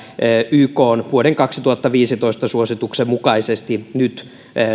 ykn vuoden kaksituhattaviisitoista suosituksen mukaisesti nyt